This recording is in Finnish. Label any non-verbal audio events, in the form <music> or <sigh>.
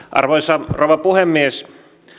<unintelligible> arvoisa rouva puhemies